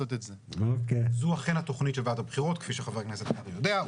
כפי שחבר הכנסת קרעי יודע.